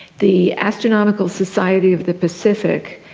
the astronomical society of the pacific,